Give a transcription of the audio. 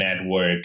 network